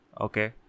okay